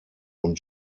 und